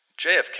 JFK